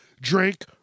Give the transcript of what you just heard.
Drink